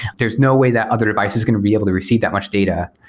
there's no way that other device is going to be able to receive that much data.